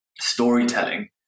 storytelling